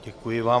Děkuji vám.